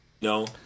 No